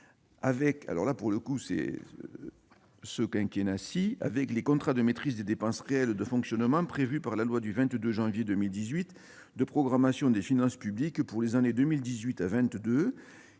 son paroxysme au cours de l'actuel quinquennat - avec les contrats de maîtrise des dépenses réelles de fonctionnement, instaurés par la loi du 22 janvier 2018 de programmation des finances publiques pour les années 2018 à 2022,